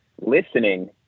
listening